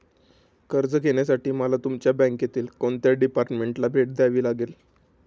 कर्ज घेण्यासाठी मला तुमच्या बँकेतील कोणत्या डिपार्टमेंटला भेट द्यावी लागेल?